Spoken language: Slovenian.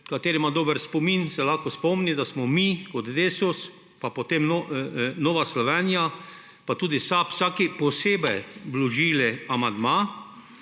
Kdor ima dober spomin, se lahko spomni, da smo mi kot Desus pa potem Nova Slovenija ter tudi SAB vsak posebej vložili amandma,